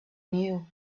knew